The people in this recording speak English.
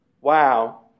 Wow